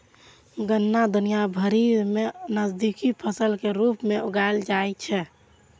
गन्ना दुनिया भरि मे नकदी फसल के रूप मे उगाएल जाइ छै